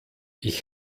ich